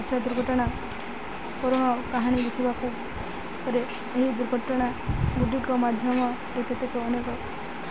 ଦୁର୍ଘଟଣା କରୁଣ କାହାଣୀ ଦେଖିବାକୁ ପଡ଼େ ଏହି ଦୁର୍ଘଟଣା ଗୁଡ଼ିକ ମାଧ୍ୟମ ଏ କେତେକ ଅନେକ